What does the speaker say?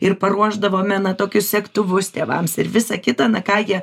ir paruošdavome na tokius segtuvus tėvams ir visa kita na ką gi